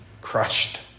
crushed